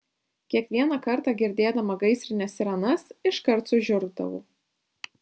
kiekvieną kartą girdėdama gaisrinės sirenas iškart sužiurdavau